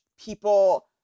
people